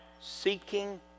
seeking